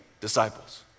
disciples